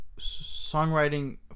songwriting